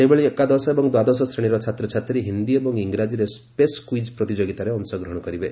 ସେହିଭଳି ଏକାଦଶ ଏବଂ ଦ୍ୱାଦଶ ଶ୍ରେଣୀର ଛାତ୍ରଛାତ୍ରୀ ହିନ୍ଦୀ ଏବଂ ଇଂରାଜୀରେ ସେସ୍ କୁଇଜ୍ ପ୍ରତିଯୋଗିତାରେ ଅଂଶଗ୍ରହଣ କରିପାରିବେ